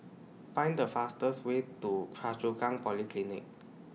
Find The fastest Way to Choa Chu Kang Polyclinic